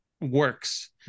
works